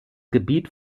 gebiet